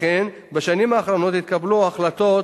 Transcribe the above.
לכן, בשנים האחרונות התקבלו החלטות